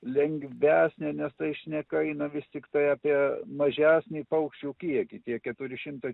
lengvesnė nes tai šneka eina vis tiktai apie mažesnį paukščių kiekį tie keturi šimtai